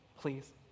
Please